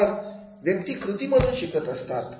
तर व्यक्ती कृतींमधून शिकत असतात